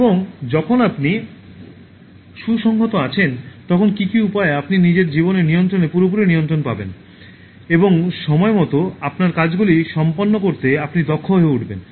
এবং যখন আপনি সুসংহত আছেন তখন কী কী উপকারে আপনি নিজের জীবনের নিয়ন্ত্রণে পুরোপুরি নিয়ন্ত্রণে পাবেন এবং সময়মতো আপনার কাজগুলি সম্পন্ন করতে আপনি দক্ষ হয়ে উঠবেন